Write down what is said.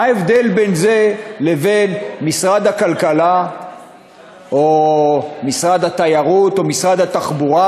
מה ההבדל בין זה לבין משרד הכלכלה או משרד התיירות או משרד התחבורה?